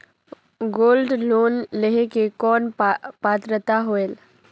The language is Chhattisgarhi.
गोल्ड लोन लेहे के कौन पात्रता होएल?